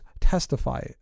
testify